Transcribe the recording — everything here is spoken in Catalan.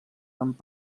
amb